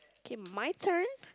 K my turn